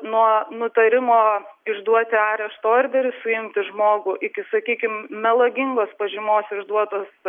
nuo nutarimo išduoti arešto orderį suimti žmogų iki sakykim melagingos pažymos išduotos